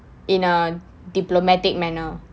in a diplomatic manner